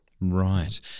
Right